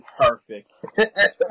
perfect